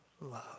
love